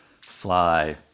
fly